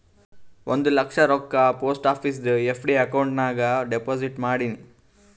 ಒಂದ್ ಲಕ್ಷ ರೊಕ್ಕಾ post ಆಫೀಸ್ದು FD account ನಾಗ್ deposit ಮಾಡಿನ್